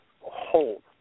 hold